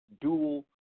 dual